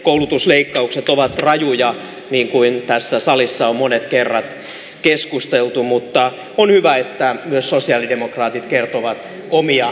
koulutusleikkaukset ovat rajuja niin kuin tässä salissa on monet kerrat keskusteltu mutta on hyvä että myös sosialidemokraatit kertovat omia leikkauksiaan